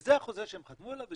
וזה החוזה שהם חתמו עליו.